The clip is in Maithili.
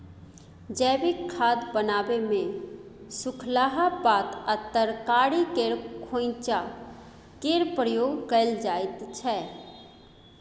जैबिक खाद बनाबै मे सुखलाहा पात आ तरकारी केर खोंइचा केर प्रयोग कएल जाइत छै